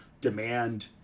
demand –